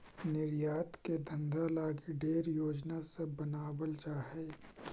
निर्यात के धंधा लागी ढेर योजना सब बनाबल जा हई